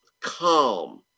calm